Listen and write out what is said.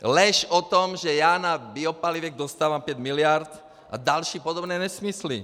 Lež o tom, že já na biopalivech dostávám pět miliard a další podobné nesmysly.